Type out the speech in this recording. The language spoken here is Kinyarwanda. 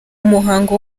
muhango